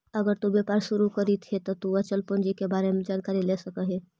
अगर तु व्यापार शुरू करित हे त अचल पूंजी के बारे में जानकारी ले सकऽ हे